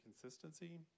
consistency